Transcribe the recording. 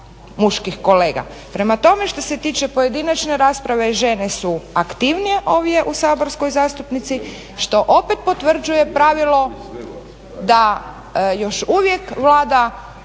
muških kolega. Prema tome, što se tiče pojedinačne rasprave žene su aktivnije ovdje u saborskoj zastupnici što opet potvrđuje pravilo da još uvijek vlada